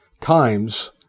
times